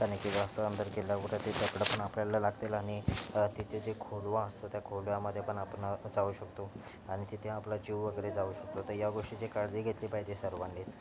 त्यानं कि जास्त अंदर गेल्यावरं ते दगड पण आपल्याला लागतील आणि तिथे जे खोलवा असतं त्या खोलव्यामध्ये पण आपण जाऊ शकतो आणि तिथे आपलं जीव वगैरे जाऊ शकतो तर या गोष्टीची काळजी घेतली पाहिजे सर्वांनी